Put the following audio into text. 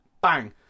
Bang